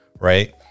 right